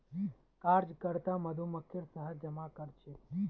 कार्यकर्ता मधुमक्खी शहद जमा करछेक